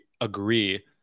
agree